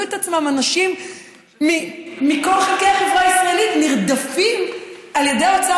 ואנשים מכל חלקי החברה הישראלית מצאו את עצמם נרדפים על ידי ההוצאה